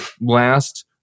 last